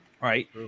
Right